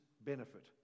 benefit